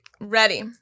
Ready